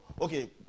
Okay